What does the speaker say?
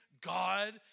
God